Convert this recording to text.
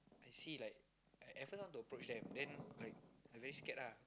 I see like at first I want approach them then like I very scared lah